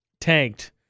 Tanked